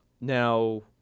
Now